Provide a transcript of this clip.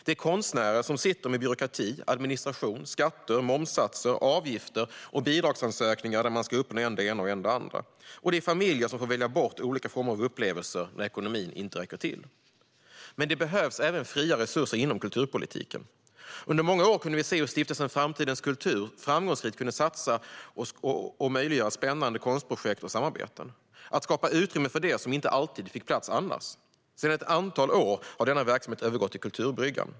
Det är konstnärer som sitter med byråkrati, administration, skatter, momssatser, avgifter och bidragsansökningar där man ska uppnå än det ena, än det andra. Och det är familjer som får välja bort olika former av upplevelser när ekonomin inte räcker till. Men det behövs även fria resurser inom kulturpolitiken. Under många år kunde vi se hur stiftelsen Framtidens kultur framgångsrikt kunde satsa på och möjliggöra spännande konstprojekt och samarbeten och skapa utrymme för det som inte alltid fick plats annars. Sedan ett antal år har denna verksamhet övergått i Kulturbryggan.